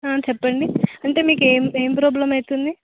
చెప్పండి అంటే మీకి ఏం ప్రాబ్లం అవుతుంది